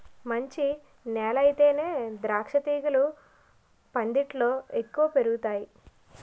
మంచి నేలయితేనే ద్రాక్షతీగలు పందిట్లో ఎక్కువ పెరుగతాయ్